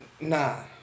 Nah